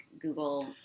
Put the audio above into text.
Google